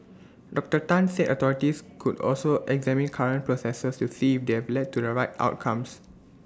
Doctor Tan said authorities could also examine current processes to see if they have led to the right outcomes